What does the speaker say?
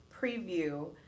preview